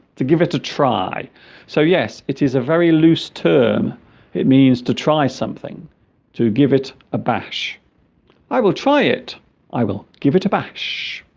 to give it a try so yes it is a very loose term it means to try something to give it a bash i will try it i will give it a bash